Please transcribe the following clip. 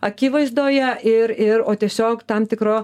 akivaizdoje ir ir o tiesiog tam tikro